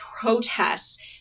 protests